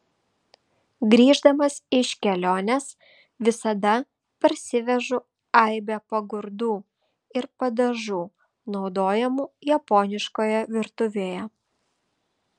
grįždamas iš kelionės visada parsivežu aibę pagardų ir padažų naudojamų japoniškoje virtuvėje